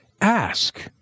Ask